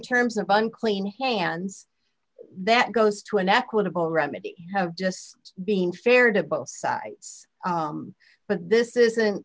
terms of fun clean hands that goes to an equitable remedy just being fair to both sides but this isn't